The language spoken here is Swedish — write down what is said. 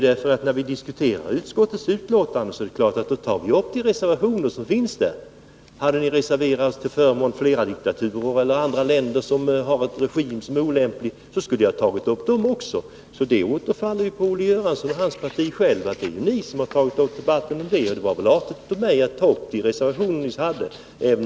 När vi diskuterar utskottets betänkande är det klart att vi tar upp de reservationer som finns där. Hade ni reserverat er till förmån för flera diktaturer eller andra länder som har en olämplig regim, skulle jag ha berört dem också. Det är ni som genom era reservationer tagit upp debatten om dessa länder, och det var väl artigt av mig att beröra de reservationer ni avgivit, även om jag har andra synpunkter på de regimer ni där behandlar än socialdemokraterna.